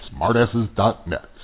smartasses.net